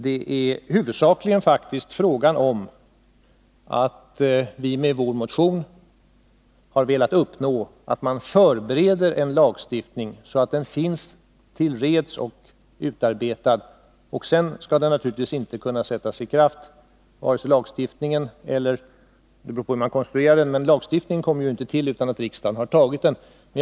Med vår motion har vi huvudsakligen velat uppnå att man förbereder en lagstiftning, så att den finns utarbetad och till reds. Hur den sedan sätts i kraft beror på hur man konstruerar den, men lagstiftningen kommer ju inte till utan att riksdagen för sin del antagit den.